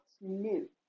new